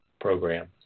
Program